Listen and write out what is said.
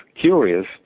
curious